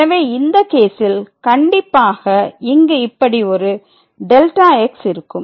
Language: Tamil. எனவே இந்த கேசில் கண்டிப்பாக இங்கு இப்படி ஒரு Δx இருக்கும்